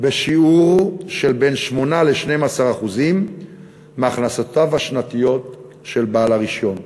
בשיעור שבין 8% ל-12% מהכנסותיו השנתיות של בעל הרישיון.